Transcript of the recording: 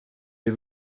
est